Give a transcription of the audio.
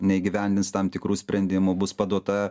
neįgyvendins tam tikrų sprendimų bus paduota